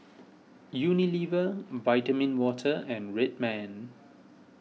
Unilever Vitamin Water and Red Man